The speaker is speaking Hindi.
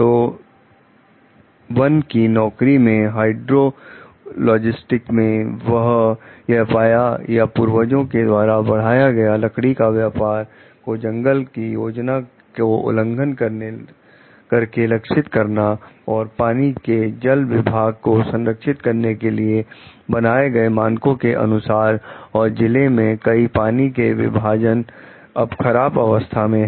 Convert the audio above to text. तो वन की नौकरी में हाइड्रोलॉजिस्ट में यह पाया या पूर्वजों के द्वारा बढ़ाया गया लकड़ी का व्यापार को जंगल की योजना को उल्लंघन करके लक्षित करना और पानी के जल विभाजन को संरक्षित करने के लिए बनाए गए मानकों के अनुसार और जिले में कई पानी के विभाजन अब खराब अवस्था में है